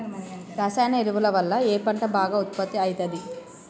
రసాయన ఎరువుల వల్ల ఏ పంట బాగా ఉత్పత్తి అయితది?